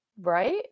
Right